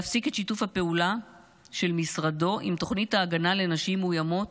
להפסיק את שיתוף הפעולה של משרדו עם תוכנית ההגנה לנשים מאוימות